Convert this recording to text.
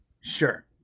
Sure